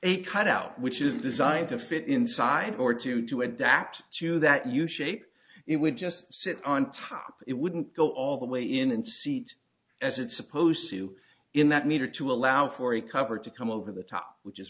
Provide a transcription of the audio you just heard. a cutout which is designed to fit inside or to to adapt to that you shape it would just sit on top it wouldn't go all the way in and seat as it's supposed to in that meter to allow for a cover to come over the top which is